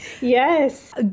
Yes